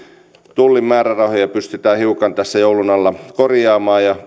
tullin määrärahoja pystytään hiukan tässä joulun alla korjaamaan ja